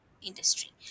industry